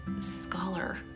scholar